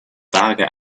vage